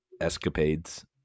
escapades